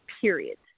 period